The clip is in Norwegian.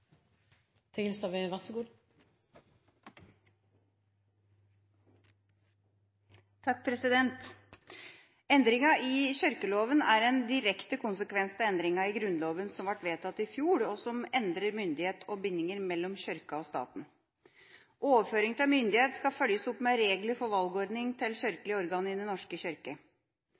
en direkte konsekvens av endringer i Grunnloven som ble vedtatt i fjor, og som endrer myndighet og bindinger mellom Kirken og staten. Overføring av myndighet skal følges opp med regler for valgordning til kirkelige organer i Den norske kirke.